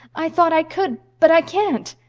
i thought i could but i can't.